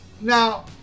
Now